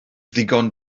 ddigon